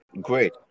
Great